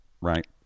right